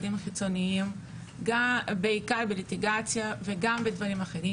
דין חיצוניים בעיקר בליטיגציה וגם בדברים אחרים.